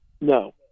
No